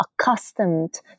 accustomed